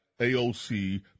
AOC